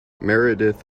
meredith